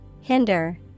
Hinder